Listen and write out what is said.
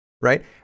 right